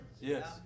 Yes